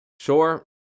sure